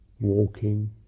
walking